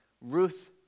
Ruth